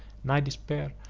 nigh despair,